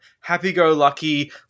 happy-go-lucky